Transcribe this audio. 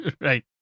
right